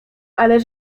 ale